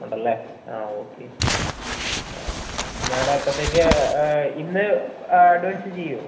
ഉണ്ടല്ലേ ആ ഓക്കെ ആ മാഡം എപ്പത്തേക്ക് ഇന്ന് അഡ്വാൻസ് ചെയ്യുമോ